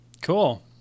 cool